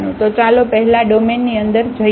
તો ચાલો પહેલા ડોમેનની અંદર જઈએ